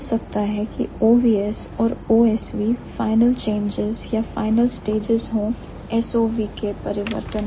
हो सकता है कि OVS और OSV final changes या final stages हों SOV से परिवर्तन में